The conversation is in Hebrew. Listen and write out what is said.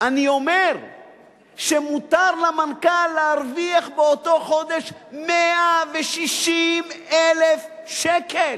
אני אומר שמותר למנכ"ל להרוויח באותו חודש 160,000 שקל.